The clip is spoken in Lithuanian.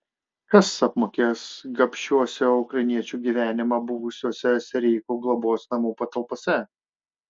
kas apmokės gabšiuose ukrainiečių gyvenimą buvusiuose sereikų globos namų patalpose